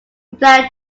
replied